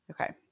Okay